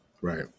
Right